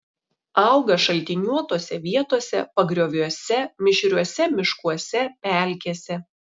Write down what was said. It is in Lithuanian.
auga šaltiniuotose vietose pagrioviuose mišriuose miškuose pelkėse